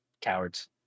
Cowards